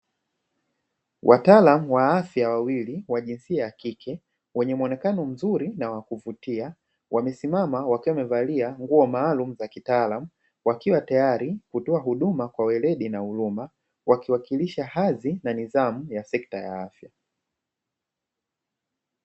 Wataalamu wa afya wawili wa jinsia ya kike wenye muonekano mzuri na wakuvutia, wamesimama wake wamevalia nguo maalumu za kitaalamu; wakiwa tayari kutoa huduma kwa weledi na huruma wakiwakilisha hali na nidhamu ya sekta ya afya.